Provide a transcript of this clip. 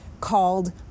called